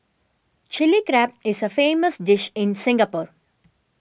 Chilli Crab is a famous dish in Singapore